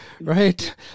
right